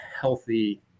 healthy